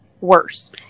worse